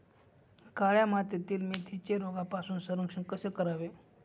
काळ्या मातीतील मेथीचे रोगापासून संरक्षण कसे करावे?